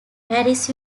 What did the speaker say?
paris